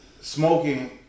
smoking